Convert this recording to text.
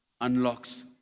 unlocks